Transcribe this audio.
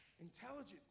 Intelligent